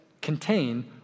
contain